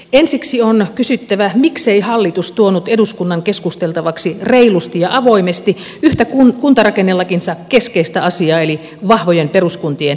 ensiksi on kysyttävä miksei hallitus tuonut eduskunnan keskusteltavaksi reilusti ja avoimesti yhtä kuntarakennelakinsa keskeistä asiaa eli vahvojen peruskuntien kriteerejä